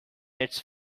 its